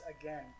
again